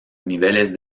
niveles